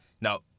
Now